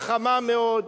חכמה מאוד,